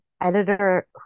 editor